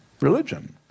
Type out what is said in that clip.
religion